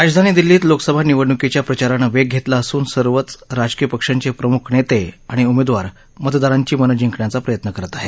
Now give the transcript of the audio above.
राजधानी दिल्लीत लोकसभा निवडणुकीच्या प्रचारानं वेग घेतला असून सर्वच राजकीय पक्षांचे प्रमुख नेते आणि उमेदवार मतदारांची मनं जिंकण्याचा प्रयत्न करत आहेत